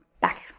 back